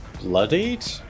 bloodied